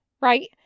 right